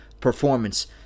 performance